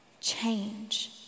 change